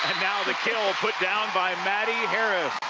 now the kill put down by maddie harris.